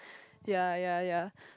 ya ya ya